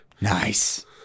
Nice